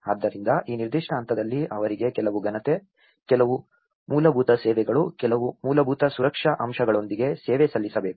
ಆದ್ದರಿಂದ ಈ ನಿರ್ದಿಷ್ಟ ಹಂತದಲ್ಲಿ ಅವರಿಗೆ ಕೆಲವು ಘನತೆ ಕೆಲವು ಮೂಲಭೂತ ಸೇವೆಗಳು ಕೆಲವು ಮೂಲಭೂತ ಸುರಕ್ಷತಾ ಅಂಶಗಳೊಂದಿಗೆ ಸೇವೆ ಸಲ್ಲಿಸಬೇಕು